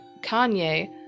Kanye